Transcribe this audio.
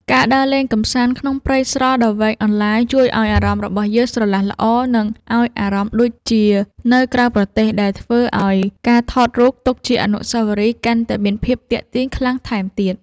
ការដើរលេងកម្សាន្តក្នុងព្រៃស្រល់ដ៏វែងអន្លាយជួយឱ្យអារម្មណ៍របស់យើងស្រឡះល្អ និង ឱ្យអារម្មណ៍ដូចជានៅក្រៅប្រទេសដែលធ្វើឱ្យការថតរូបទុកជាអនុស្សាវរីយ៍កាន់តែមានភាពទាក់ទាញខ្លាំងថែមទៀត។